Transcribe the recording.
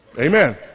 Amen